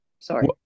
Sorry